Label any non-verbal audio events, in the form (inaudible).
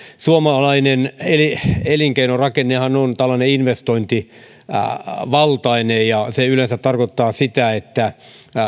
suomalainen (unintelligible) (unintelligible) elinkeinorakennehan on investointivaltainen ja se yleensä tarkoittaa sitä että